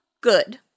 good